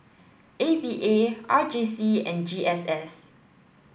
A V A R J C and G S S